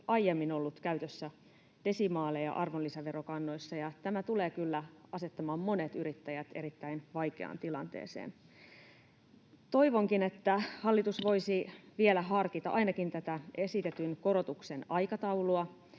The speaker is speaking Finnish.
aiemmin ollut käytössä desimaaleja arvonlisäverokannoissa, ja tämä tulee kyllä asettamaan monet yrittäjät erittäin vaikeaan tilanteeseen. Toivonkin, että hallitus voisi vielä harkita ainakin tätä esitetyn korotuksen aikataulua